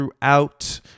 throughout